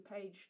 page